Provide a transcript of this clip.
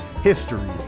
history